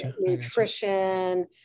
nutrition